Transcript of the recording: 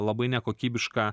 labai nekokybišką